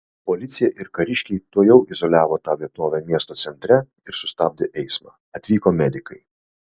policija ir kariškiai tuojau izoliavo tą vietovę miesto centre ir sustabdė eismą atvyko medikai